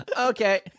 okay